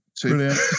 Brilliant